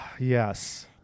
Yes